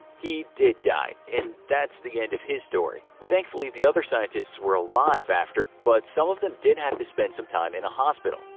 he did die, and that's the end of his story. thankfully the other scientists were alive after, but some of them did have to spend some time in hospital.